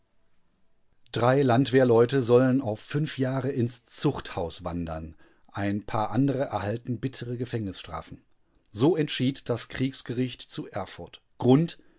drei landwehrleute sollen auf fünf jahre ins zuchthaus wandern ein paar andere erhalten bittere gefängnisstrafen so entschied das kriegsgericht zu erfurt grund